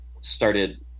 started